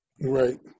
Right